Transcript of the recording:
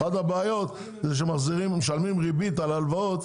אחת הבעיות זה שמשלמים ריבית על הלוואות.